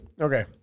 Okay